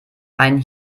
einen